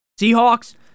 Seahawks